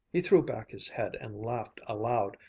he threw back his head and laughed aloud,